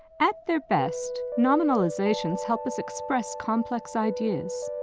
at their best, nominalizations help us express complex ideas,